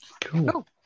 Cool